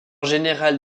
générale